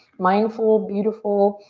mindful, beautiful,